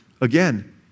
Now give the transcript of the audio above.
Again